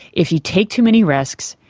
if you take too many risks,